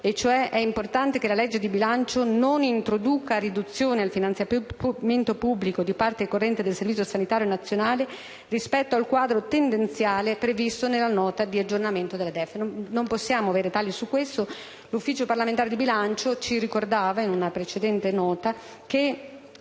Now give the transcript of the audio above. Bianco, è che la legge di bilancio non introduca riduzioni al finanziamento pubblico di parte corrente del Servizio sanitario nazionale rispetto al quadro tendenziale previsto nella Nota di aggiornamento del DEF. Non possiamo operare tagli su questo. L'Ufficio parlamentare di bilancio ci ricordava in una precedente nota che